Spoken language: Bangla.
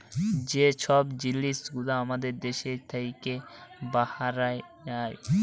যে ছব জিলিস গুলা আমাদের দ্যাশ থ্যাইকে বাহরাঁয় যায়